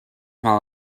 mal